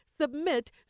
Submit